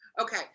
okay